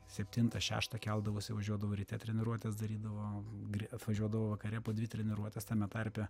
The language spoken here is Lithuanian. septintą šeštą keldavosi važiuodavo ryte treniruotes darydavo gri atvažiuodavo vakare po dvi treniruotes tame tarpe